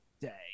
day